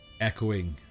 echoing